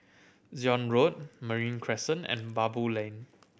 Zion Road Marine Crescent and Baboo Lane